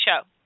show